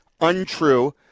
untrue